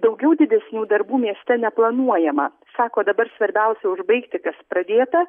daugiau didesnių darbų mieste neplanuojama sako dabar svarbiausia užbaigti kas pradėta